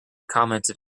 commented